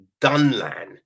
Dunlan